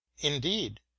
indeed